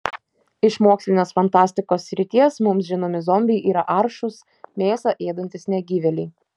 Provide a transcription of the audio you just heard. iš mokslinės fantastikos srities mums žinomi zombiai yra aršūs mėsą ėdantys negyvėliai